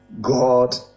God